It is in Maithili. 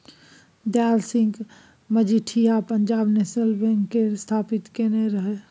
दयाल सिंह मजीठिया पंजाब नेशनल बैंक केर स्थापित केने रहय